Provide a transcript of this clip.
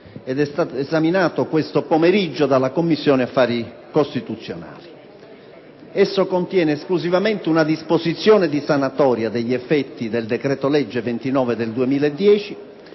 ed è stato esaminato questo pomeriggio dalla Commissione affari costituzionali. Esso contiene esclusivamente una disposizione di sanatoria degli effetti del decreto-legge n. 29 del 2010,